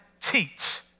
teach